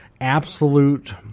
absolute